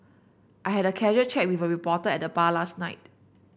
I had a casual chat with a reporter at the bar last night